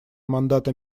мандата